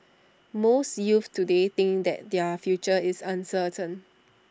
most youths today think that their future is uncertain